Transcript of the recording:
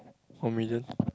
one million